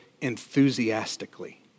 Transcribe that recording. enthusiastically